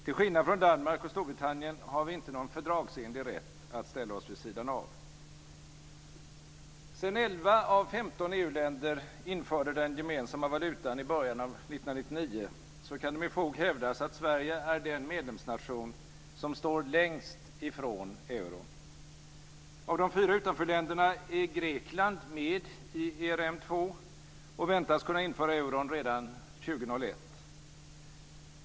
Till skillnad från Danmark och Storbritannien har vi inte någon fördragsenlig rätt att ställa oss vid sidan av. Sedan 11 av 15 EU-länder införde den gemensamma valutan i början av 1999, kan det med fog hävdas att Sverige är den medlemsnation som står längst ifrån euron. Av de fyra utanförländerna är Grekland med i ERM 2 och väntas kunna införa euron redan 2001.